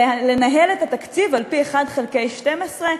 לנהל את התקציב על-פי 1 חלקי 12,